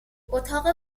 اتاق